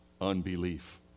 unbelief